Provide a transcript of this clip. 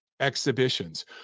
exhibitions